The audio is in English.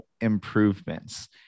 improvements